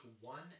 one